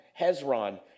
Hezron